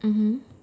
mmhmm